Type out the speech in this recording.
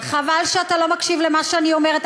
חבל שאתה לא מקשיב למה שאני אומרת,